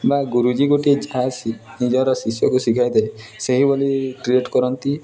ବା ଗୁରୁଜୀ ଗୋଟିଏ ଯାହା ନିଜର ଶିଷ୍ୟକୁ ଶିଖାଇଥାଏ ସେହିଭଳି ଟ୍ରିଟ୍ କରନ୍ତି